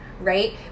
Right